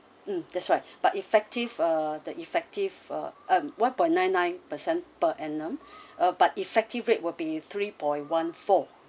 mm that's right but effective ah the effective ah uh um one point nine nine percent per annum uh but effective rate will be three point one four